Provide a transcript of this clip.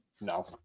No